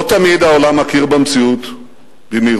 לא תמיד העולם מכיר במציאות במהירות,